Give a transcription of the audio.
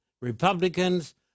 Republicans